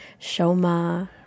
Shoma